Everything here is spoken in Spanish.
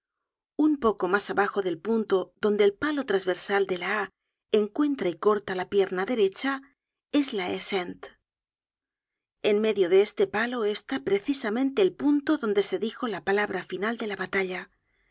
un poco mas abajo del punto donde el palo trasversal de la a encuentra y corta la pierna derecha es la haie sainte en medio de este palo está precisamente el punto donde se dijo la palabra final de la batalla